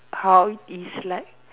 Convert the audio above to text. how it's like